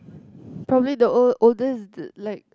probably the old oldest the like